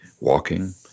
Walking